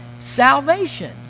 salvation